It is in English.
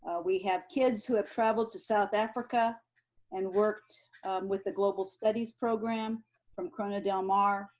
we have kids who have traveled to south africa and worked with the global studies program from corona del mar.